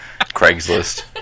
Craigslist